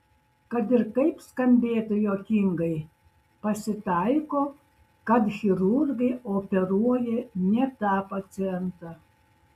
kad ir kaip skambėtų juokingai pasitaiko kad chirurgai operuoja ne tą pacientą